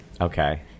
Okay